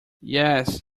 yes